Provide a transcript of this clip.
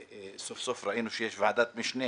סוף סוף ראינו שיש ועדת משנה